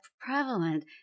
prevalent